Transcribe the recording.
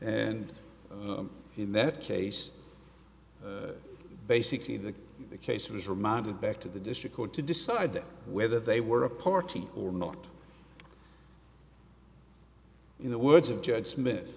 and in that case basically the case was remanded back to the district court to decide whether they were a party or not in the words of judge smith